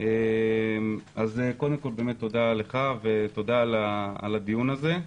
קודם כול, באמת תודה לך ותודה על הדיון הזה.